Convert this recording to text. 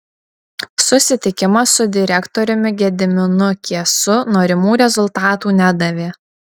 susitikimas su direktoriumi gediminu kiesu norimų rezultatų nedavė